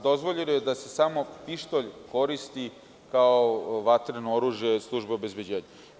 Dozvoljeno je da se samo pištolj koristi kao vatreno oružje službe obezbeđenja.